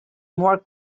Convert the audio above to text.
more